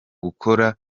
gukora